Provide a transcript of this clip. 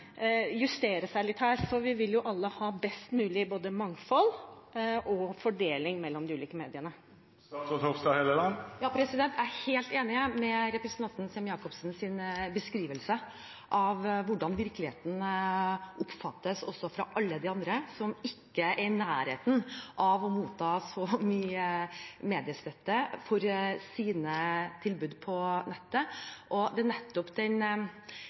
justere seg litt, for vi vil jo alle ha best mulig mangfold og fordeling mellom de ulike mediene. Jeg er helt enig i representanten Sem-Jacobsens beskrivelse av hvordan virkeligheten oppfattes av alle de andre som ikke er i nærheten av å motta så mye mediestøtte for sine tilbud på nettet. Det er nettopp den